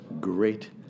great